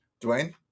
Dwayne